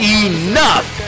enough